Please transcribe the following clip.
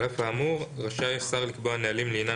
על אף האמור רשאי השר לקבוע נהלים לעניין